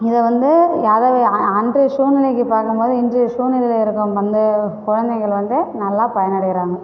இதை வந்து அன்றைய சூழ்நிலைக்கு தகுந்தமாதிரி இன்றைய சூழ்நிலையில் இருக்கிற நம்ம குழந்தைங்கள் வந்து நல்லா பயனடைகிறாங்க